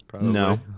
No